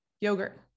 Yogurt